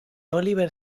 olivier